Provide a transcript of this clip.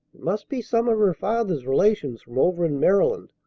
must be some of her father's relations from over in maryland,